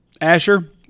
asher